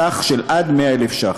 עד לסכום של 100,000 שקלים.